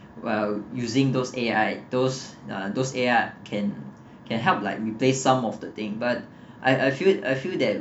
ah using those A_I those A_I can can help like replace some of the thing but I I feel I feel that